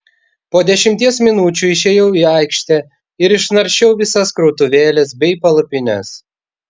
po dešimties minučių išėjau į aikštę ir išnaršiau visas krautuvėles bei palapines